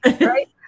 right